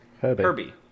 Herbie